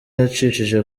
yacishije